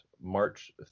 March